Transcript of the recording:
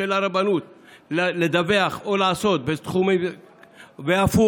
הרבנות יוסמכו לדווח או לעשות בתחום הזה והפוך.